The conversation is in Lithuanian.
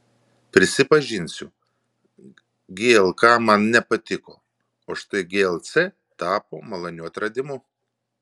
prisipažinsiu glk man nepatiko o štai glc tapo maloniu atradimu